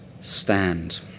stand